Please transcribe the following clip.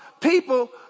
people